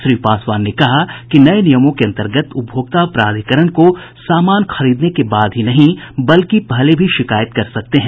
श्री पासवान ने कहा कि नये नियमों के अंतर्गत उपभोक्ता प्राधिकरण को सामान खरीदने के बाद ही नहीं बल्कि पहले भी शिकायत कर सकते हैं